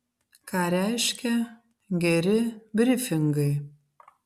ką reiškia geri brifingai